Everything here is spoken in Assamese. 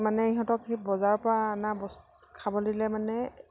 মানে সিহঁতক সেই বজাৰৰ পৰা অনা বস্তু খাব দিলে মানে